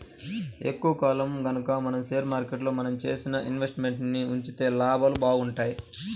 ఎక్కువ కాలం గనక షేర్ మార్కెట్లో మనం చేసిన ఇన్వెస్ట్ మెంట్స్ ని ఉంచితే లాభాలు బాగుంటాయి